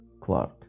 Clark